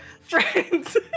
friends